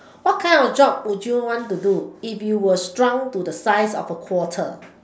what kind of job would you want to do if you were shrunk to the size of a quarter